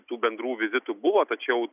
tų bendrų vizitų buvo tačiau